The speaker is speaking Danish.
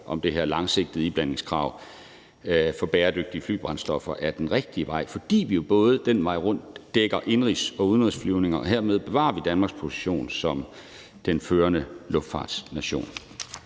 om det her langsigtede iblandingskrav for bæredygtige flybrændstoffer. Det er den rigtige vej, fordi vi jo den vej rundt dækker både indenrigs- og udenrigsflyvninger, og hermed bevarer vi Danmarks position som den førende luftfartsnation.